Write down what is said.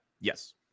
Yes